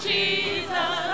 Jesus